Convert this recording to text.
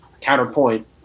counterpoint